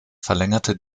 verlängerte